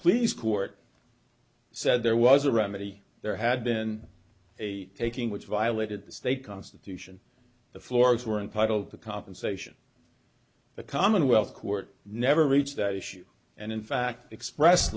pleas court said there was a remedy there had been a taking which violated the state constitution the floors were entitled to compensation the commonwealth court never reached that issue and in fact express